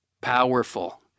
powerful